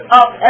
up